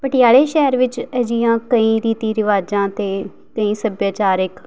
ਪਟਿਆਲੇ ਸ਼ਹਿਰ ਵਿੱਚ ਅਜਿਹੀਆਂ ਕਈ ਰੀਤੀ ਰਿਵਾਜ਼ਾਂ ਅਤੇ ਤੇ ਸੱਭਿਆਚਾਰਿਕ